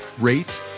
rate